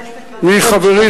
מחברי,